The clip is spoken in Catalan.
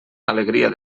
alegria